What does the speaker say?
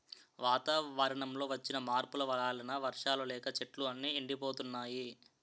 వాతావరణంలో వచ్చిన మార్పుల వలన వర్షాలు లేక చెట్లు అన్నీ ఎండిపోతున్నాయి